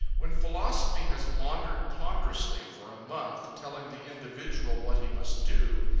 when philosophy has maundered ponderously for a month, telling the individual what he must do,